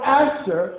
answer